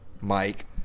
Mike